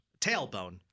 tailbone